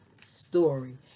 story